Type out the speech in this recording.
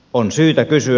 on syytä kysyä